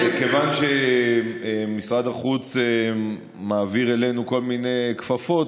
כיוון שמשרד החוץ מעביר אלינו כל מיני כפפות,